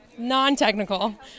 non-technical